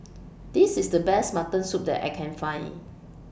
This IS The Best Mutton Soup that I Can Find